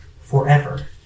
forever